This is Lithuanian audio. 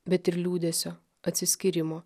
bet ir liūdesio atsiskyrimo